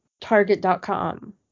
Target.com